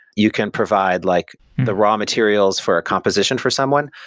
you can provide like the raw materials for a composition for someone.